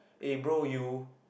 eh bro you